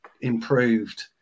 improved